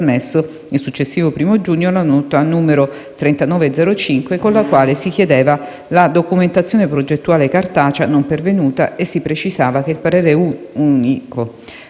il successivo 1° giugno, la nota n. 3905, con la quale si chiedeva la documentazione progettuale cartacea, non pervenuta, e si precisava che il parere unico